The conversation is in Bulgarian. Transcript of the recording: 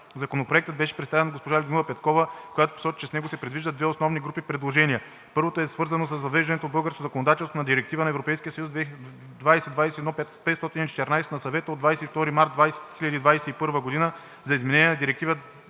Законопроектът беше представен от госпожа Людмила Петкова, която посочи, че с него се предвиждат две основни групи предложения. Първото е свързано с въвеждането в българското законодателство на Директива (ЕС) 2021/514 на Съвета от 22 март 2021 г. за изменение на Директива